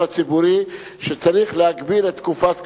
הציבורי שצריך להגביל את תקופת כהונתם.